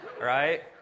right